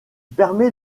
permet